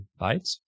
bytes